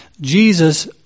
Jesus